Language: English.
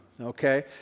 okay